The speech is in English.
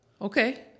Okay